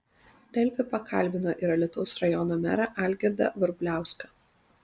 delfi pakalbino ir alytaus rajono merą algirdą vrubliauską